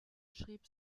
schrieb